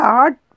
art